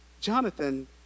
Jonathan